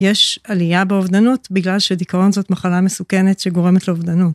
יש עלייה באובדנות בגלל שדיכאון זאת מחלה מסוכנת שגורמת לאובדנות.